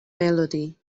melody